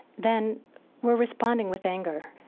then we're responding with anger.